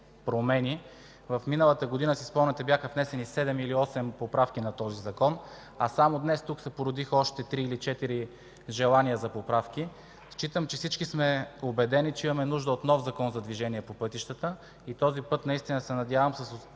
че миналата година бяха внесени седем или осем поправки на този закон, а само днес тук се породиха още три или четири желания за поправки. Смятам, че всички сме убедени, че имаме нужда от нов Закон за движение по пътищата. Този път наистина се надявам с усилието